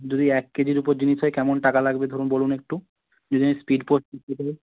যদি এক কেজির উপর জিনিস হয় কেমন টাকা লাগবে ধরুন বলুন একটু যদি আমি স্পিড পোস্ট